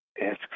ask